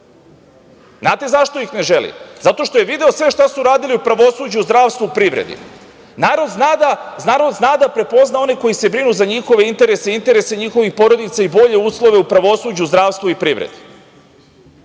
Znate zašto ih ne želi? Zato što je video sve šta su radili u pravosuđu, zdravstvu, privredi. Narod zna da prepozna one koji se brinu za njihove interese, interese njihovih porodica i bolje uslove u pravosuđu, zdravstvu i privredi. Svi